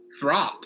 Throp